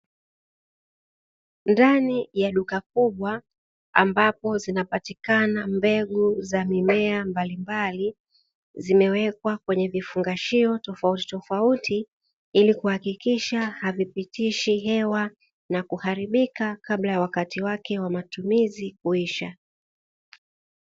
Ndani ya duka kubwa ambapo zinapatikana mbegu za mimea mbalimbali zimewekwa kwenye vifungashio tofauti tofauti ili kuhakikisha havipitishi hewa na kuharibika kabla ya wakati wake wa matumizi kuisha.